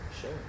Sure